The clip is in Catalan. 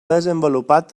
desenvolupat